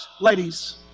ladies